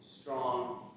strong